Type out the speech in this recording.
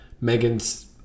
Megan's